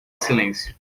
silêncio